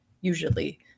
usually